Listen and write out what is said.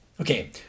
Okay